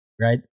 right